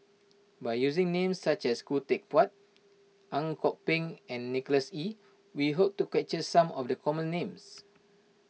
by using names such as Khoo Teck Puat Ang Kok Peng and Nicholas Ee we hope to capture some of the common names